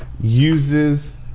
uses